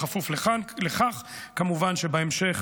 כמובן בכפוף לכך שבהמשך,